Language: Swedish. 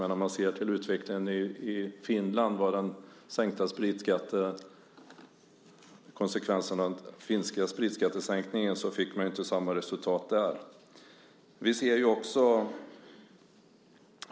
Men när det gäller utvecklingen i Finland och konsekvenserna av den finska spritskattesänkningen blev det inte samma resultat där.